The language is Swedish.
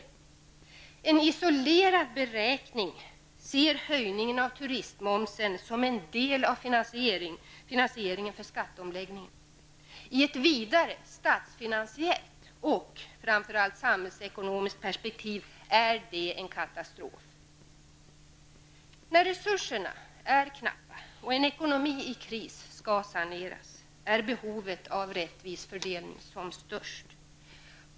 I en isolerad beräkning ses höjningen av turistmomsen som en del av finansieringen av skatteomläggningen. I ett vidare statsfinansiellt och framför allt samhällsekonomiskt perspektiv är det en katastrof. När resurserna är knappa och en ekonomi i kris skall saneras, är behovet av rättvis fördelning som störst.